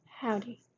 Howdy